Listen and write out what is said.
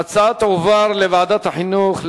ההצעה תועבר לדיון